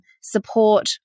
support